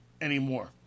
anymore